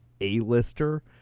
A-lister